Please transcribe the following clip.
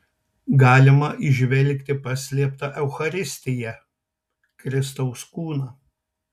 galima įžvelgti paslėptą eucharistiją kristaus kūną